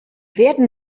werden